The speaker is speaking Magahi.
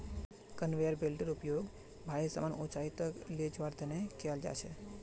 कन्वेयर बेल्टेर उपयोग भारी समान ऊंचाई तक ले जवार तने कियाल जा छे